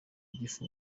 igifu